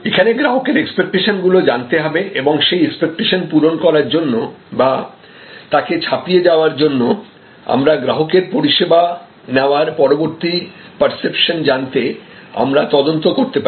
এখানে গ্রাহকের এক্সপেক্টেশন গুলো জানতে হবে এবং সেই এক্সপেক্টেশন পূরণ করার জন্য বা তাকে ছাপিয়ে যাওয়ার জন্য আমরা গ্রাহকের পরিষেবা নেওয়ার পরবর্তী পার্সেপশন জানতে আমরা তদন্ত করতে পারি